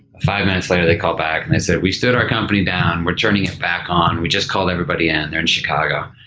five minutes later, they called back and they said, we stood our company down, we're turning it back on, we just called everybody in here in chicago.